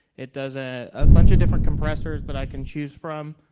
it does a ah bunch of different compressors that i can choose from.